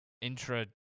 intra